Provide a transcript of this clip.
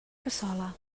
cassola